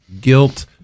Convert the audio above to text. guilt